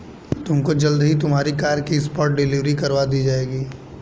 तुमको जल्द ही तुम्हारी कार की स्पॉट डिलीवरी करवा दी जाएगी